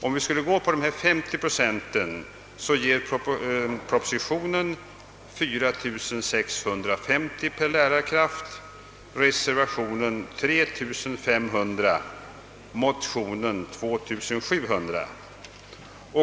Om vi skulle göra en beräkning med utgångspunkt från dessa 50 procent, kommer det enligt propositionen att bli 4650 studenter per lärarkraft, enligt reservationen 3500 och enligt motionen 2700.